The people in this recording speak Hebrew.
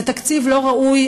זה תקציב לא ראוי,